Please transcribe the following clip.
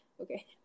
Okay